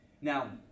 Now